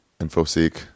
infoseek